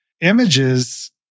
images